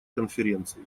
конференции